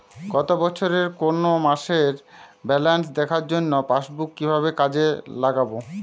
গত বছরের কোনো মাসের ব্যালেন্স দেখার জন্য পাসবুক কীভাবে কাজে লাগাব?